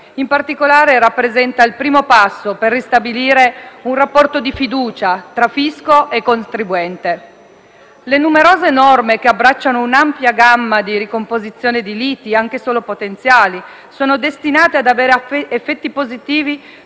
In particolare, rappresenta il primo passo per ristabilire un rapporto di fiducia tra fisco e contribuente. Le numerose norme che abbracciano un'ampia gamma di ricomposizione di liti, anche solo potenziali, sono destinate ad avere effetti positivi